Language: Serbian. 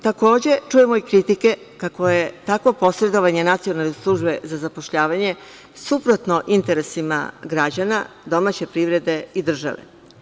Takođe, čujemo i kritike kako je takvo posredovanje Nacionalne službe za zapošljavanje suprotnu interesima građana, domaće privrede i države.